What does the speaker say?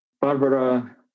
Barbara